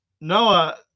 noah